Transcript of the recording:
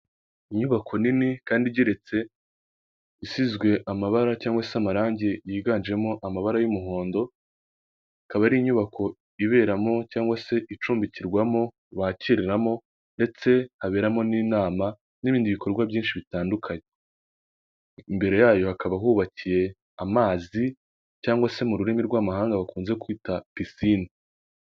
Inyubako nini kandi igeretse isizwe amabara cg se amarangi yiganjemo amabara y'umuhondo, ikaba ari inyubako iberamo cyangwa se icumbikirwamo abakiriramo ndetse haberamo n'inama n'ibindi bikorwa byinshi bitandukanye, imbere yayo hakaba hubakiye amazi cyangwa se mu rurimi rw'amahanga bakunze kwita pisine.